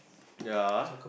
ya